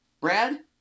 Brad